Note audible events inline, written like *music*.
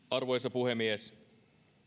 *unintelligible* arvoisa puhemies